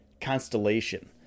constellation